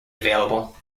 available